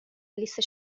لیست